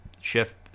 shift